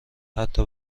حتی